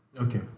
Okay